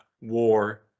war